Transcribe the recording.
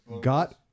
got